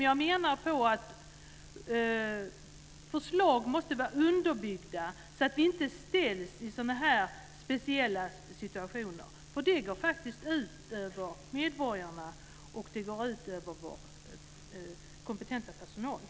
Jag menar att förslag måste vara underbyggda så att vi inte ställs inför sådan här speciella situationer. Det går faktiskt ut över medborgarna och vår kompetenta personal.